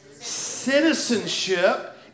citizenship